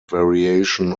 variation